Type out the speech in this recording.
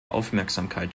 aufmerksamkeit